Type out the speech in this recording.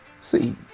see